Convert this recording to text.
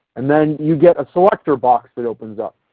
and then you get selector box that opens up.